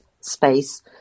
space